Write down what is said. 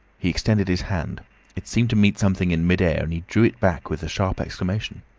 he extended his hand it seemed to meet something in mid-air, and he drew it back with a sharp exclamation.